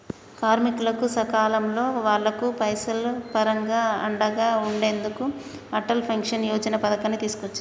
కార్మికులకు సకాలంలో వాళ్లకు పైసలు పరంగా అండగా ఉండెందుకు అటల్ పెన్షన్ యోజన పథకాన్ని తీసుకొచ్చారు